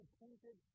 painted